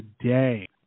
today